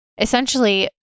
essentially